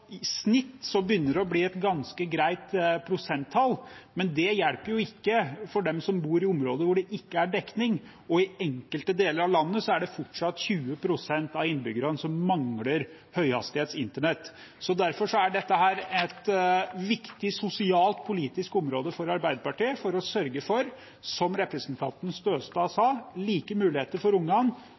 i snitt begynner det å bli et ganske greit prosenttall, men det hjelper ikke dem som bor i områder hvor det ikke er dekning, og i enkelte deler av landet er det fortsatt 20 pst. av innbyggerne som mangler høyhastighetsinternett. Derfor er dette et viktig sosialpolitisk område for Arbeiderpartiet, for å sørge for – som representanten Støstad sa – like muligheter for